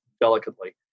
delicately